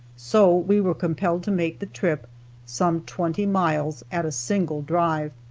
so we were compelled to make the trip some twenty miles at a single drive.